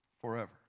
forever